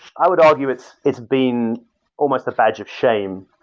i would argue it's it's been almost a badge of shame.